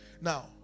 Now